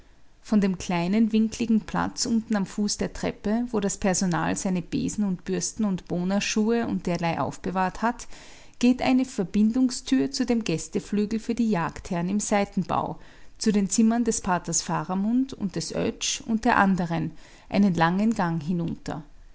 von dem kleinen winkligen platz unten am fuß der treppe wo das personal seine besen und bürsten und bohnerschuhe und derlei aufbewahrt hat geht eine verbindungstür zu dem gästeflügel für die jagdherren im seitenbau zu den zimmern des paters faramund und des oetsch und der anderen einen langen gang hinunter